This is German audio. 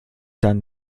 dann